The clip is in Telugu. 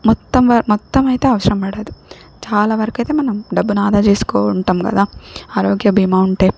మొత్తం వ మొత్తం అయితే అవసరం బడదు చాలా వరకైతే మనం డబ్బునాదా చేసుకో ఉంటాం కదా ఆరోగ్య బీమా ఉంటే